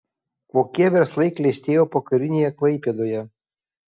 kokie verslai klestėjo pokarinėje klaipėdoje